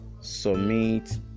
submit